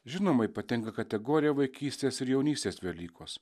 žinoma ypatinga kategorija vaikystės ir jaunystės velykos